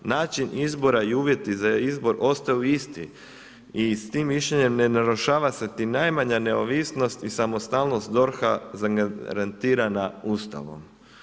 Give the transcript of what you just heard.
Način izbora i uvjeti za izbor ostaju isti i s tim mišljenjem ne narušava se niti najmanja neovisnost i samostalnost DORH-a zagarantirana Ustavom.